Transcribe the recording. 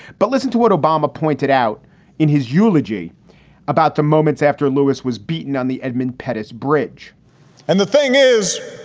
but listen to what obama pointed out in his eulogy about the moments after lewis was beaten on the edmund pettus bridge and the thing is,